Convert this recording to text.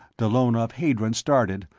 dallona of hadron started,